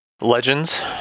legends